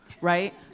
right